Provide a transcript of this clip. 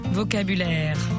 vocabulaire